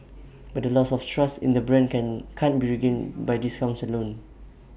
but the loss of trust in the brand can can't be regained by discounts alone